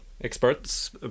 experts